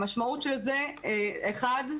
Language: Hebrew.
המשמעות של זה אחת,